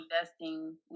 investing